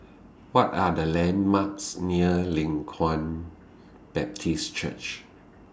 What Are The landmarks near Leng Kwang Baptist Church